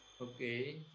Okay